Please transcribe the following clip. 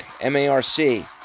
M-A-R-C